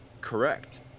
Correct